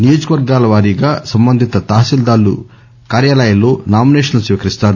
నియోజక వర్గాల వారీగా సంబంధిత తహసీల్లారు కార్యాలయాల్లో నామినేషన్లు సీకరిస్తారు